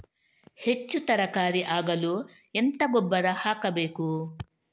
ಹೆಚ್ಚು ತರಕಾರಿ ಆಗಲು ಎಂತ ಗೊಬ್ಬರ ಹಾಕಬೇಕು?